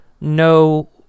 no